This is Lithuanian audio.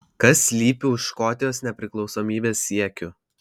kas slypi už škotijos nepriklausomybės siekių